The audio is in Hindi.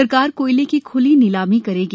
सरकार कोयले की ख्ली नीलामी करेगी